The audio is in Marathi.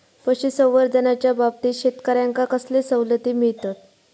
पशुसंवर्धनाच्याबाबतीत शेतकऱ्यांका कसले सवलती मिळतत?